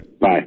Bye